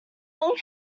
long